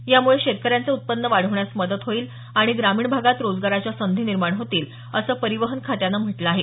यामुळे शेतकऱ्यांचं उत्पन्न वाढवण्यास मदत होईल आणि ग्रामीण भागात रोजगाराच्या संधी निर्माण होतील असं परिवहन खात्यानं म्हटलं आहे